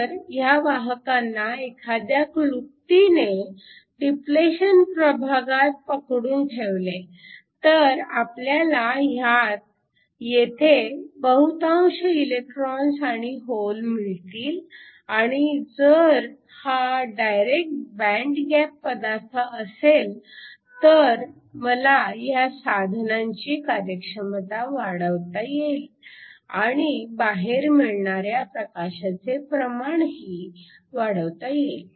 तर ह्या वाहकांना एखाद्या क्लृप्तीने डिप्लेशन प्रभागात पकडून ठेवले तर आपल्याला ह्यात येथे बहुतांश इलेकट्रोन्स आणि होल मिळतील आणि जर हा डायरेकट बँड गॅप पदार्थ असेल तर मला ह्या साधनांची कार्यक्षमता वाढवता येईल आणि बाहेर मिळणाऱ्या प्रकाशाचे प्रमाणही वाढवता येईल